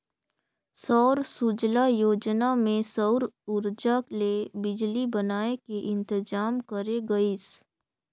सौर सूजला योजना मे सउर उरजा ले बिजली बनाए के इंतजाम करे गइस